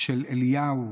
של אליהו,